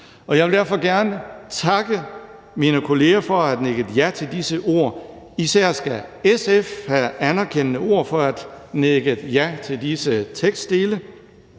Jeg vil derfor gerne takke mine kolleger for at have nikket ja til disse ord. Især skal SF have anerkendende ord for at have nikket ja til disse tekstdele.